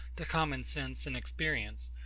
to common sense and experience,